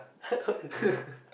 what is the